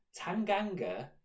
Tanganga